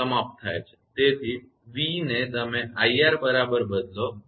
તેથી v ને તમે iR બરાબર બદલો છો